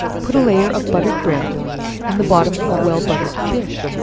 put a layer of buttered bread in the bottom of a well buttered dish,